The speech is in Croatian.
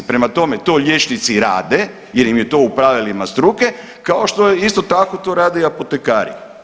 Prema tome, to liječnici rade jer im je to u pravilima struke kao što isto tako to rade i apotekari.